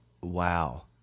Wow